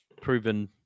proven